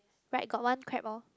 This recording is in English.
right got one crab lor